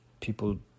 people